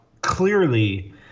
clearly